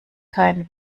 kein